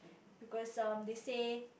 because um they say